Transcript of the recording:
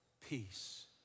Peace